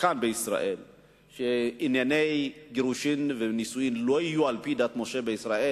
בישראל שענייני גירושין ונישואין לא יהיו על-פי דת משה וישראל,